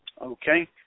Okay